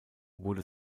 wurde